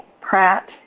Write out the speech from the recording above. Pratt